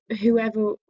whoever